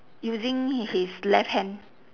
using his left hand